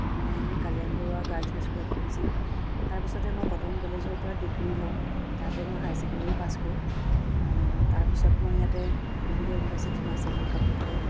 মই Kaliram Barua girls high স্কুলত পঢ়িছিলোঁ তাৰপিছতে মই কটন কলেজৰ পৰা ডিগ্ৰি লওঁ তাতে মোৰ হাই চেকেণ্ডেৰীও পাছ কৰোঁ তাৰপিছত মই ইয়াতে ডিব্ৰুগড় ইউনিভাৰ্ছিটিত মাষ্টাৰ ডিগ্ৰি কমপ্লিট কৰোঁ